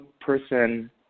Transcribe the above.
person